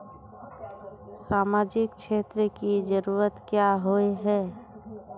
सामाजिक क्षेत्र की जरूरत क्याँ होय है?